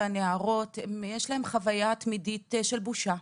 יש להם חוויה תמידית של בושה,